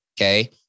okay